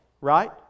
right